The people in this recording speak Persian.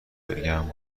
بگم